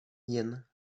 jen